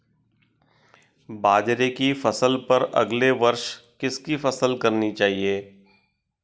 बाजरे की फसल पर अगले वर्ष किसकी फसल करनी चाहिए?